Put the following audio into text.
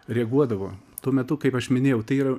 reaguodavo tuo metu kaip aš minėjau tai yra